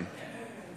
לא להפריע לי.